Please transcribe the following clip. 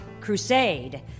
crusade